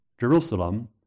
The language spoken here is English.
Jerusalem